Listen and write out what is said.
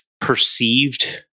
perceived